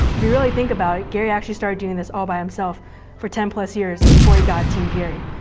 if you really think about it, gary actually started doing this all by himself for ten plus years before he got a team gary,